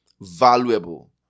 valuable